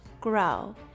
grow